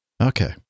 Okay